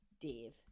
Dave